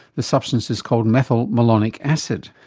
the substance is called methylmalonic acid.